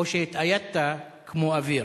או שהתאיידת כמו אוויר?